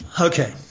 Okay